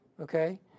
Okay